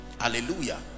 Hallelujah